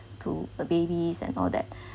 to a babies and all that